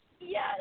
Yes